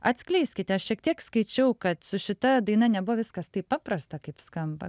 atskleiskite šiek tiek skaičiau kad su šita daina nebuvo viskas taip paprasta kaip skamba